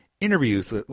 interviews